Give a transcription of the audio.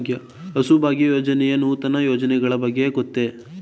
ಹಸುಭಾಗ್ಯ ಯೋಜನೆಯ ನೂತನ ಯೋಜನೆಗಳ ಬಗ್ಗೆ ಗೊತ್ತೇ?